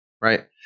right